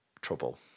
trouble